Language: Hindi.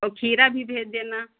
वॉ खीर भी भेज देना